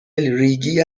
ریگی